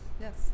Yes